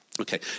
Okay